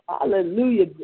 Hallelujah